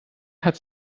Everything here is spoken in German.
hat